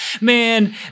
man